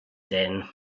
din